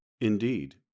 Indeed